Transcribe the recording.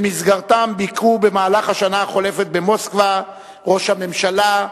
שבמסגרתם ביקרו במהלך השנה החולפת במוסקבה ראש הממשלה,